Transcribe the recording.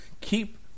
Keep